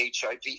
HIV